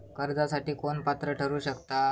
कर्जासाठी कोण पात्र ठरु शकता?